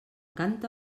canta